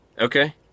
Okay